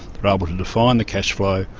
they're able to define the cash flow,